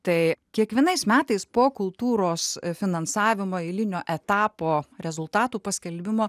tai kiekvienais metais po kultūros finansavimo eilinio etapo rezultatų paskelbimo